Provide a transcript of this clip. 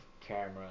camera